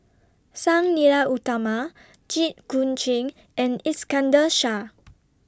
Sang Nila Utama Jit Koon Ch'ng and Iskandar Shah